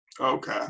Okay